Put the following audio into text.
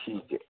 ठीक है